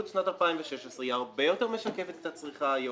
את שנת 2016 שהיא הרבה יותר משקפת את הצריכה היום,